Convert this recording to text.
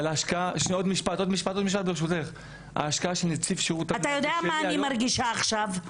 אבל ההשקעה של נציב שירות המדינה --- אתה יודע מה אני מרגישה עכשיו,